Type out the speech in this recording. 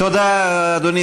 אדוני